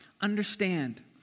understand